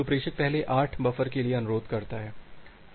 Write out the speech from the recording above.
तो प्रेषक पहले 8 बफ़र के लिए अनुरोध करता है